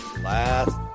Last